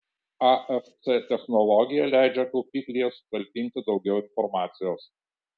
afc technologija leidžia kaupiklyje sutalpinti daugiau informacijos